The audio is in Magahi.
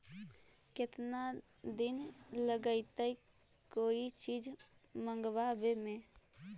केतना दिन लगहइ कोई चीज मँगवावे में?